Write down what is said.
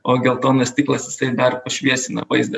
o geltonas stiklas jisai dar pašviesina vaizdą